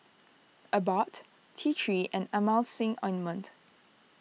Abbott T three and Emulsying Ointment